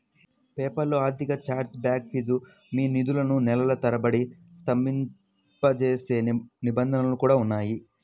PayPal లో అధిక chargeback fees, మీ నిధులను నెలల తరబడి స్తంభింపజేసే నిబంధనలు కూడా ఉన్నాయి